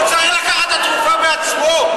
הוא צריך לקחת את התרופה בעצמו.